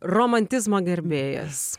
romantizmo gerbėjas